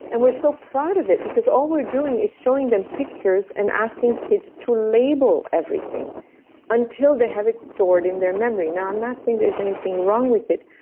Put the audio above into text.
and we're so proud of it because all we're doing is showing them pictures and asking kids to label everything until they have it stored in their memory. now i'm not saying there's anything wrong with it,